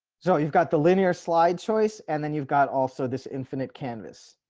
so you've got the linear slide choice. and then you've got also this infinite canvas.